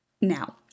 now